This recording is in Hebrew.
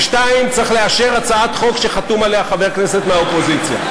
2. צריך לאשר הצעת חוק שחתום עליה חבר כנסת מהאופוזיציה.